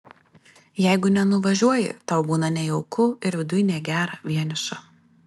jeigu nenuvažiuoji tau būna nejauku ir viduj negera vieniša